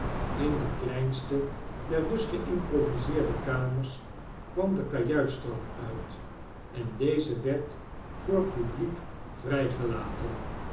in de kleinsteder dus geimproviseerde kamers kwam de kajuitstrap uit en deze werd voor het publiek vry